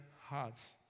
hearts